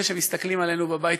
אלה שמסתכלים עלינו בבית,